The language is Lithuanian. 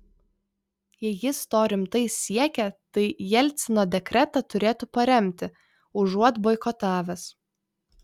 jei jis to rimtai siekia tai jelcino dekretą turėtų paremti užuot boikotavęs